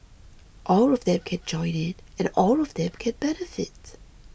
all of them can join in and all of them can benefit